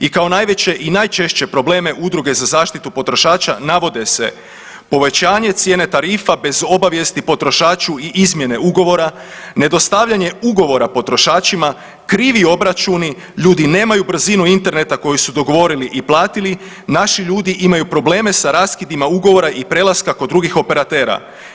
I kao najveće i najčešće probleme udruge za zaštitu potrošača navode se za povećanje cijene tarifa bez obavijesti potrošaču i izmjene ugovora, nedostavljanje ugovora potrošačima, krivi obračuni, ljudi nemaju brzinu interneta koju su dogovorili i platili, naši ljudi imaju probleme sa raskidima ugovora i prelaska kod drugih operatera.